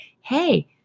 Hey